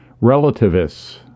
Relativists